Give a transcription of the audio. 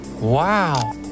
Wow